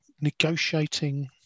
negotiating